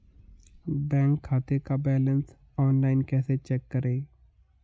Bank खाते का balance online कैसे चेक करें?